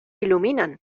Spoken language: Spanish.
iluminan